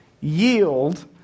yield